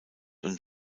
und